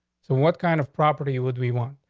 so what kind of property would we want?